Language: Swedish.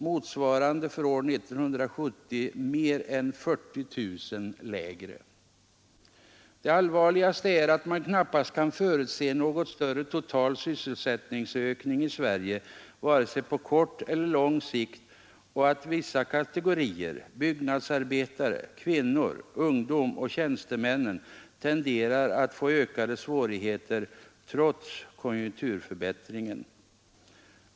Motsvarande antal för år 1970 var mer än 40 000 lägre. Det allvarligaste är att man knappast kan förutse någon större total sysselsättningsökning i Sverige vare sig på kort eller på lång sikt och att vissa kategorier — byggnadsarbetare, kvinnor, ungdom och tjänstemän — tenderar att få ökade svårigheter trots konjunkturförbättringen.